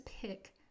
pick